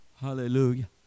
Hallelujah